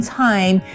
time